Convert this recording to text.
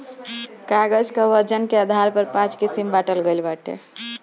कागज कअ वजन के आधार पर पाँच किसिम बांटल गइल बाटे